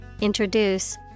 introduce